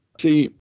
See